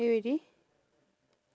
are you ready